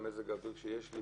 במזג האוויר שיש אצלו,